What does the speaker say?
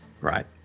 right